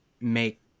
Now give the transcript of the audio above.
make